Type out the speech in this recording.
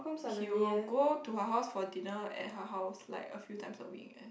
he will go to her house for dinner at her house like a few times a week